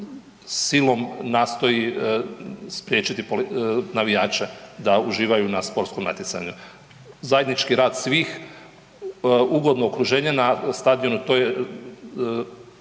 silom nastoji spriječiti navijače da uživaju u sportskom natjecanju. Zajednički rad svih, ugodno okruženje na stadionu to je